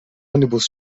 ônibus